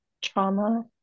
trauma